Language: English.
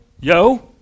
yo